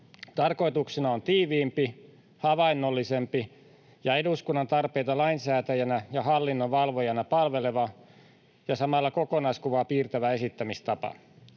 Tarkoituksena on tiiviimpi, havainnollisempi ja eduskunnan tarpeita lainsäätäjänä ja hallinnon valvojana palveleva ja samalla kokonaiskuvaa piirtävä esittämistapa.